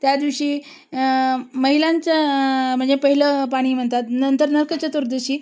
त्या दिवशी महिलांच्या म्हणजे पहिलं पाणी म्हणतात नंतर नरकचतुर्दशी